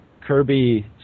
Kirby